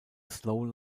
snow